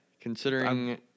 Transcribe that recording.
Considering